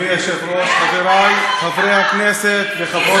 חברי חברי הכנסת וחברות הכנסת,